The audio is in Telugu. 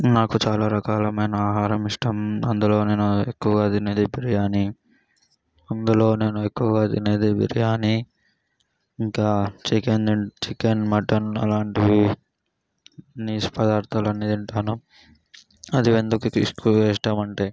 నాకు చాలా రకాలైన ఆహారం ఇష్టం అందులో నేను ఎక్కువుగా తినేది బిర్యానీ అందులో నేను ఎక్కువగా తినేది బిర్యానీ ఇంకా చికెన్ చికెన్ మటన్ అలాంటి నీసు పదార్ధాలు అన్నీ తింటాను అది ఎందుకు ఇష్ ఎక్కువ ఇష్టం అంటే